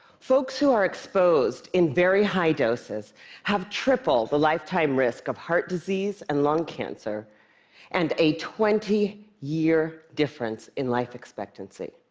folks who are exposed in very high doses have triple the lifetime risk of heart disease and lung cancer and a twenty year difference in life expectancy.